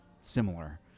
similar